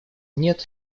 нет